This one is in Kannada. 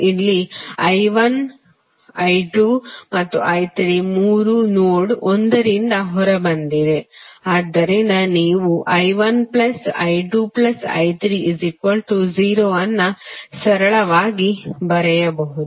ಇಲ್ಲಿ I1 I2 ಮತ್ತು I3ಮೂರೂ ನೋಡ್ನೋಡ್ ಒಂದರಿಂದ ಹೊರಬಂದಿವೆ ಆದ್ದರಿಂದ ನೀವು I1I2I30 ಅನ್ನು ಸರಳವಾಗಿ ಬರೆಯಬಹುದು